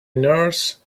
nurse